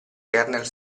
kernel